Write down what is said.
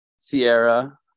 Sierra